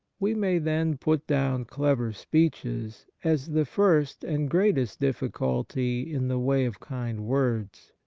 we may, then, put down clever speeches as the first and greatest difficulty in the way of kind words.